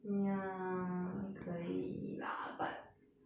ya 可以 lah but